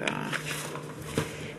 עפו אגבאריה,